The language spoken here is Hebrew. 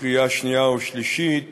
לקריאה שנייה ושלישית